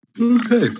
Okay